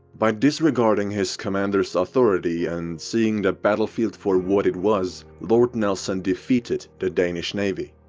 by disregarding his commander's authority and seeing the battlefield for what it was lord nelson defeated the danish navy.